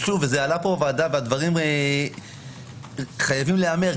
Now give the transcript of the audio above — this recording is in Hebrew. זה עלה פה בוועדה והדברים חייבים להיאמר,